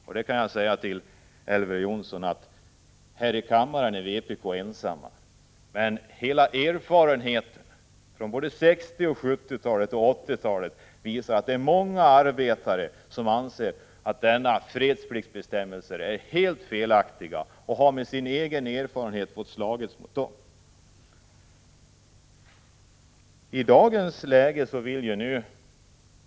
Jag kan säga till Elver Jonsson att här i kammaren är vpk ensamt, men erfarenheten från 60-, 70 och 80-talen visar att fredspliktsbestämmelserna är alldeles felaktiga och att många arbetare har varit tvungna att slåss mot dem.